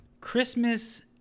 Christmas